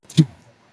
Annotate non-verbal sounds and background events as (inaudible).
(unintelligible)